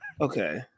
Okay